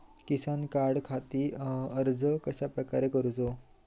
किसान कार्डखाती अर्ज कश्याप्रकारे करूचो?